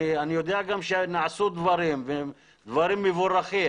אני גם יודע שנעשו דברים ואלה דברים מבורכים